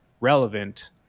relevant